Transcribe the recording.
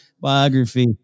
biography